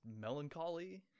melancholy